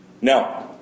Now